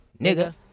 nigga